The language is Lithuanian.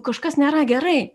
kažkas nėra gerai